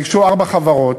ניגשו ארבע חברות